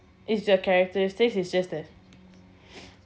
is their characteristics is just that